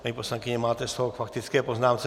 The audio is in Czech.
Paní poslankyně, máte slovo k faktické poznámce.